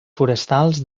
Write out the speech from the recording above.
forestals